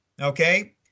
okay